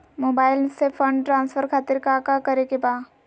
Mobile से fund transfer खातिर काका करे के बा?